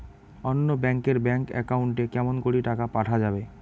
অন্য ব্যাংক এর bank account এ কেমন করে টাকা পাঠা যাবে?